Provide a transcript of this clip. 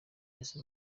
ese